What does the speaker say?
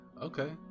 Okay